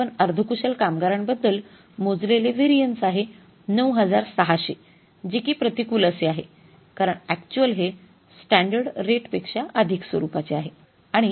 आणि आपण अर्धकुशल कामगारांबद्दल मोजलेले व्हेरिएन्स आहे ९६०० जे कि प्रतिकूल असे आहे कारण अक्चुअल हे स्टॅंडर्ड रेट पेक्षा अधिक स्वरूपाचे आहे